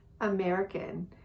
American